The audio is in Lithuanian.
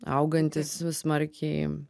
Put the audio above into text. augantis smarkiai